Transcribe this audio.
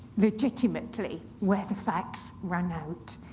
legitimately where the facts run out.